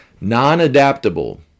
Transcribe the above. Non-adaptable